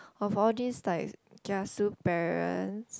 of all these like kiasu parents